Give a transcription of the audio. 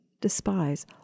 Despise